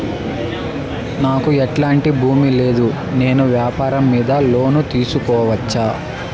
నాకు ఎట్లాంటి భూమి లేదు నేను వ్యాపారం మీద లోను తీసుకోవచ్చా?